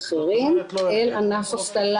האחרים קיבלו.